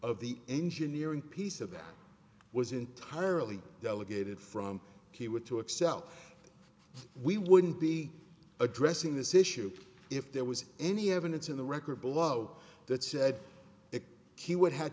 of the engineering piece of that was entirely delegated from the wood to excel we wouldn't be addressing this issue if there was any evidence in the record below that said he would have